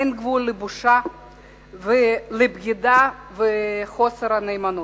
אין גבול לבושה ולבגידה ולחוסר הנאמנות.